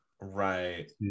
Right